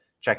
Check